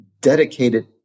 dedicated